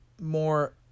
more